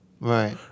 Right